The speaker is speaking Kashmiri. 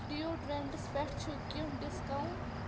ڈِیوڈرٛنٛٹَس پٮ۪ٹھ چھُ کینٛہہ ڈِسکاونٹ